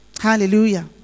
Hallelujah